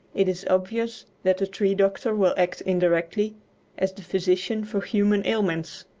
it is obvious that the tree-doctor will act indirectly as the physician for human ailments.